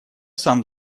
сам